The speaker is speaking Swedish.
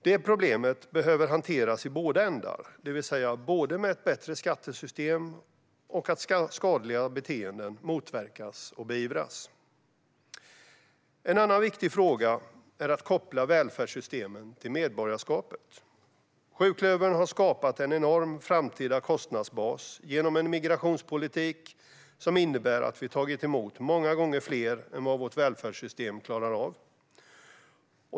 Det problemet behöver hanteras i båda ändar, det vill säga både med ett bättre skattesystem och genom att skadliga beteenden motverkas och beivras. En annan viktig fråga är att koppla välfärdssystemen till medborgarskapet. Sjuklövern har skapat en enorm framtida kostnadsbas genom en migrationspolitik som innebär att vi har tagit emot många gånger fler än vårt välfärdssystem klarar av.